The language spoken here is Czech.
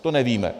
To nevíme.